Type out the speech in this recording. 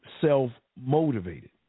self-motivated